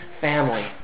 family